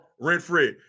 Rent-free